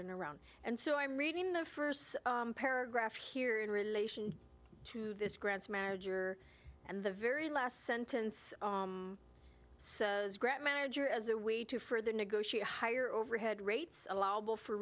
and around and so i'm reading the first paragraph here in relation to this grants manager and the very last sentence says grant manager as a way to further negotiate higher overhead rates allowable for